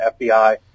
FBI